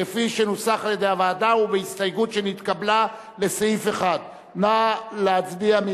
כפי שנוסח על-ידי הוועדה ובהסתייגות שנתקבלה לסעיף 1. נא להצביע.